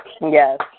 Yes